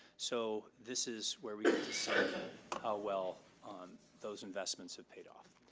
so this is where we decide how well those investments have paid off.